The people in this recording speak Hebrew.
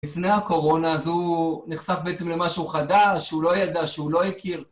לפני הקורונה הזו הוא נחשף בעצם למשהו חדש, שהוא לא ידע, שהוא לא הכיר.